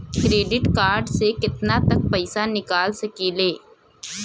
Credit card से केतना तक पइसा निकाल सकिले?